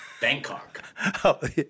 Bangkok